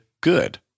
good